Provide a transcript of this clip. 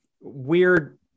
weird